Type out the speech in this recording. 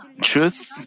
truth